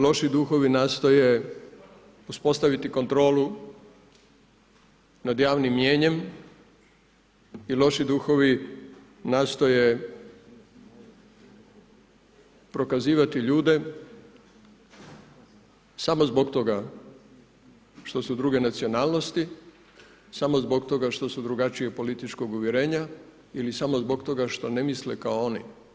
Loši duhovi nastoje uspostaviti kontrolu nad javnim mijenjam i loši duhovi, nastoje prokazivati ljude samo zbog toga što su druge nacionalnosti, samo zbog toga što su drugačija političkog uvjerenja ili samo zbog toga što ne misle kao oni.